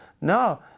No